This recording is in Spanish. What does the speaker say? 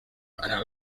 para